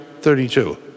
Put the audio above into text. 32